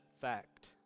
fact